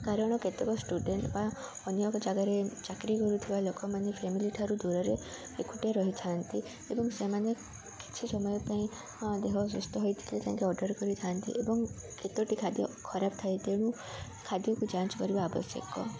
କାରଣ କେତେକ ଷ୍ଟୁଡ଼େଣ୍ଟ ବା ଅନେକ ଜାଗାରେ ଚାକିରି କରୁଥିବା ଲୋକମାନେ ଫ୍ୟାମିଲି ଠାରୁ ଦୂରରେ ଏକୁଟିଆ ରହିଥାନ୍ତି ଏବଂ ସେମାନେ କିଛି ସମୟ ପାଇଁ ଦେହ ସୁସ୍ଥ ହୋଇଥିଲେ ତାଙ୍କେ ଅର୍ଡ଼ର୍ କରିଥାନ୍ତି ଏବଂ କେତୋଟି ଖାଦ୍ୟ ଖରାପ ଥାଏ ତେଣୁ ଖାଦ୍ୟକୁ ଯାଞ୍ଚ କରିବା ଆବଶ୍ୟକ